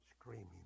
screaming